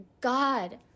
God